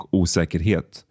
osäkerhet